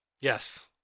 Yes